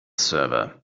server